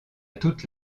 toute